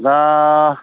दा